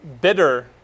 bitter